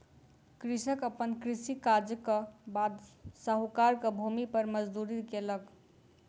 कृषक अपन कृषि काजक बाद साहूकारक भूमि पर मजदूरी केलक